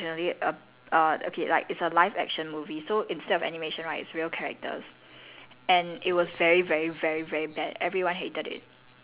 everyone is quite excited for it ya cause there was a movie originally err uh okay like it's a live action movie so instead of animation right it's real characters